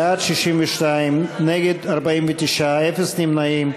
בעד, 62, נגד, 49, אפס נמנעים.